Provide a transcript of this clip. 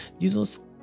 Jesus